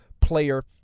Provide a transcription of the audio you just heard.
Player